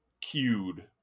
cued